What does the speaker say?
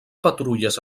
patrulles